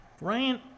Ryan